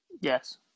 Yes